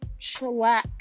chillax